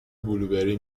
بلوبری